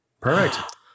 Perfect